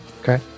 Okay